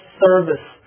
service